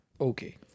Okay